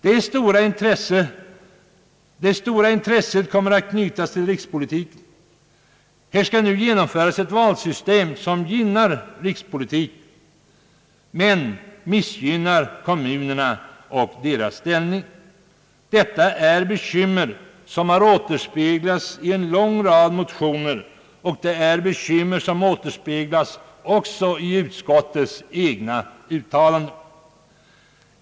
Det stora intresset kommer att knytas till rikspolitiken. Här skall nu genomföras ett valsystem som gynnar rikspolitiken men missgynnar kommunerna och deras ställning. Bekymmer över detta återspeglas i en lång rad motioner samt även i utskottets egna uttalanden.